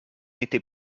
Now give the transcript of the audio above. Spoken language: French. était